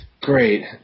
Great